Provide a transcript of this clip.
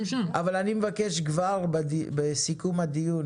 מיכל, אני מבקש כבר בסיכום הדיון,